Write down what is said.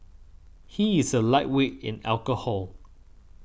he is a lightweight in alcohol